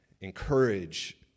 encourage